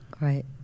Right